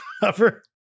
cover